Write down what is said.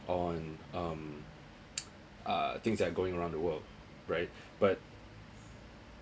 on um uh things that are going around the world right but